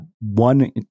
One